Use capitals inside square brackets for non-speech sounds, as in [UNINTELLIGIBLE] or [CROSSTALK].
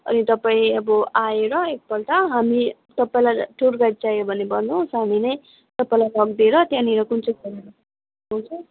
अनि तपाईँ अब आएर एकपल्ट हामी तपाईँलाई टुर गाइड चाहियो भने भन्नुहोस् हामी नै तपाईँलाई लगिदिएर त्यहाँनिर कुन चाहिँ [UNINTELLIGIBLE]